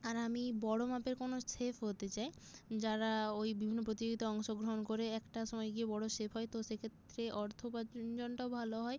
আর আমি বড় মাপের কোনো শেফ হতে চাই যারা ওই বিভিন্ন প্রতিযোগিতায় অংশগ্রহণ করে একটা সময় গিয়ে বড় শেফ হয় তো সেক্ষেত্রে অর্থ উপার্জনটাও ভালো হয়